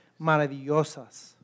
maravillosas